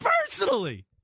personally